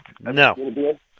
No